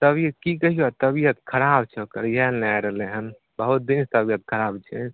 तबियत की कहियो तबियत खराब छै ओकर इहए लऽ नइ आइ रहलै हन बहुत तबियत खराब छै